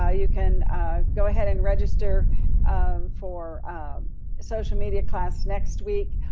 ah you can go ahead and register for social media class next week.